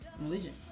religion